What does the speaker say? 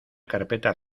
carpeta